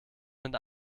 mit